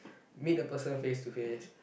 meet the person face to face